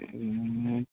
ए